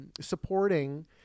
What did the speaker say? supporting